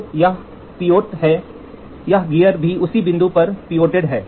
तो यह पीओटेट है यह गियर भी उसी बिंदु पर पीओटेट है